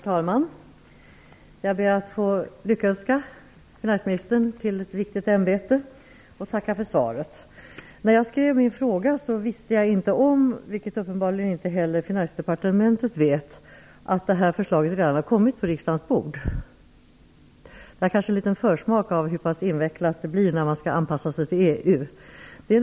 Herr talman! Jag ber att få lyckönska finansministern till ett viktigt ämbete och tacka för svaret. När jag skrev min fråga visste jag inte - vilket uppenbarligen inte heller Finansdepartementet vet - att det här förslaget redan har kommit till riksdagens bord. Det här är kanske en liten försmak av hur pass invecklat det blir när man skall anpassa sig till EU.